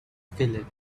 phillip